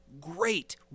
great